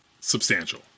substantial